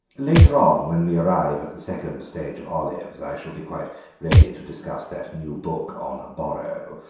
later on, when we arrive at the second stage of olives, i shall be quite ready to discuss that new book on borrow,